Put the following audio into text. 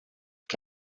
que